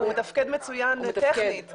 הוא מתפקד מצוין טכנית,